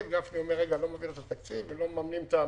גפני אומר שלא מעביר את התקציב אם לא מממנים את המתמחים.